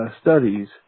studies